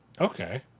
Okay